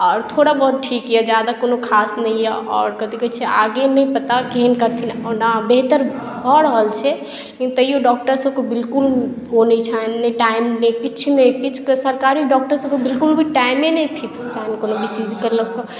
आओर थोड़ा बहुत ठीक यऽ जादा कोनो खास नहि यऽ आओर कथी कहय छियै आगे नह पता केहन करथिन ओना बेहतर कऽ रहल छै लेकिन तैयौ डॉक्टर सबके बिलकुल ओ नहि छन्हि ने टाइम ने किछु किछुके सरकारी डॉक्टर सबके बिलकुल भी टाइमे नहि फिक्स छन्हि कोनो भी चीजके लअ कऽ